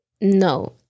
No